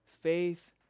faith